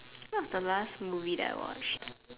what was the last movie that I watched